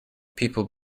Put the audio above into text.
people